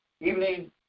evening